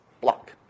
block